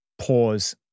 pause